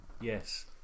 yes